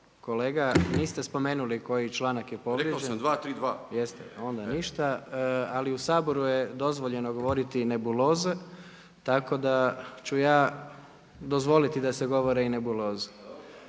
kolega. Niste spomenuli koji je članak povrijeđen? … /Upadica Šipić: Rekao sam, 232./… Jeste, onda ništa. Ali u Saboru je govoriti i nebuloze, tako da ću ja dozvoliti da se govore i nebuloze.